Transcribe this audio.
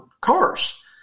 cars